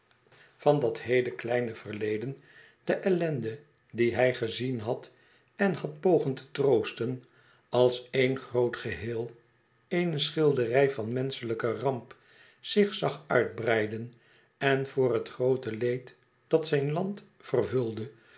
van dat heele kleine verleden de ellende die hij gezien had en had pogen te troosten als éen groot geheel éene schilderij van menschelijke ramp zich zag uitbreiden en voor het groote leed dat zijn land vervulde